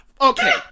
Okay